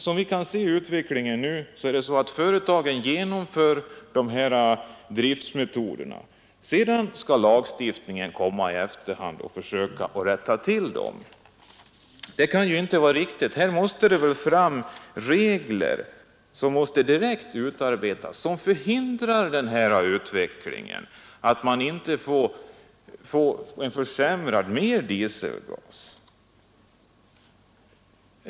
Som vi kan se av utvecklingen nu är det så, att företagen först genomför sådana driftmetoder, och sedan skall lagstiftningen komma i efterhand och försöka rätta till förhållandena. Det kan inte vara riktigt. Här måste regler utarbetas, som förhindrar utvecklingen mot en försämring med mera dieselgas.